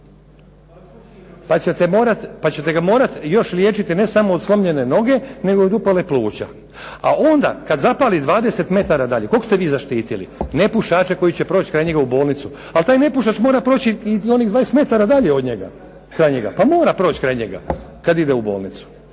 Pa ćete ga morati još liječiti ne samo od slomljene noge, nego i od upale pluća. A onda kad zapali 20 metara dalje, koga ste vi zaštitili? Nepušače koji će proći kraj njega u bolnicu. Ali taj nepušač mora proći i onih 20 metara dalje od njega, kraj njega. Pa mora proći kraj njega kad ide u bolnicu.